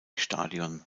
stadion